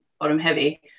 bottom-heavy